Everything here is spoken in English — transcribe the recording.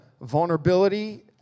vulnerability